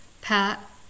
Pat